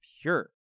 pure